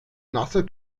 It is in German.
nasse